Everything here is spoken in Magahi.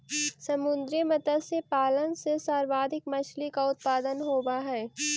समुद्री मत्स्य पालन से सर्वाधिक मछली का उत्पादन होवअ हई